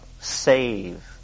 save